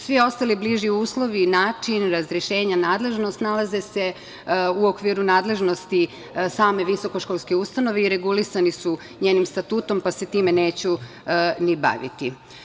Svi ostali bliži uslovi, način razrešenja, nadležnost nalaze se u okviru nadležnosti same visokoškolske ustanove i regulisani su njenim statutom, pa se time neću ni baviti.